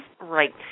right